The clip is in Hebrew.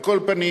על כל פנים,